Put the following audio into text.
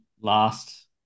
last